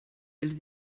els